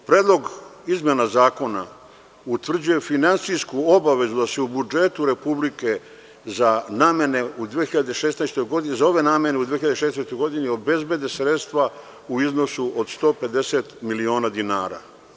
Predlog izmena zakona utvrđuje finansijsku obavezu da se u budžetu republike za ove namene u 2016. godini obezbede sredstva u iznosu od 150 miliona dinara.